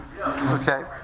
Okay